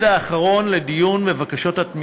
בזמן האחרון הוא מאוד מאוד לחוץ ועצבני.